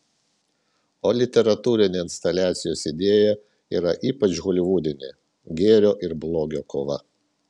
o literatūrinė instaliacijos idėja yra ypač holivudinė gėrio ir blogio kova